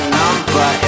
number